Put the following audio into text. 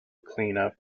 cleanup